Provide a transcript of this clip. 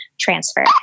transfer